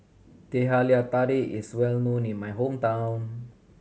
Teh Halia Tarik is well known in my hometown